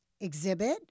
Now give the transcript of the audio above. exhibit